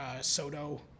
Soto